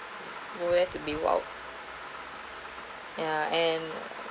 no where be ya and